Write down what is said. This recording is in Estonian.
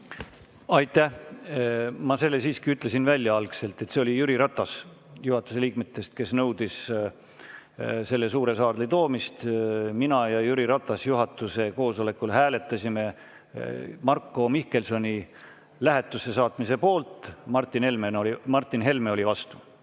Aitäh! Ma selle siiski ütlesin välja algselt: see oli Jüri Ratas juhatuse liikmetest, kes nõudis selle suurde saali toomist. Mina ja Jüri Ratas juhatuse koosolekul hääletasime Marko Mihkelsoni lähetusse saatmise poolt, Martin Helme oli vastu. Kalle